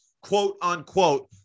quote-unquote